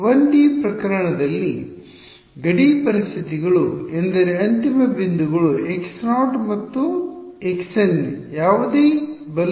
1ಡಿ ಪ್ರಕರಣದಲ್ಲಿನ ಗಡಿ ಪರಿಸ್ಥಿತಿಗಳು ಎಂದರೆ ಅಂತಿಮ ಬಿಂದುಗಳು x0 ಮತ್ತು xn ಯಾವುದೇ ಬಲ